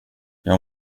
jag